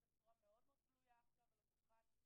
בצורה מאוד מאוד גלויה עכשיו על השולחן,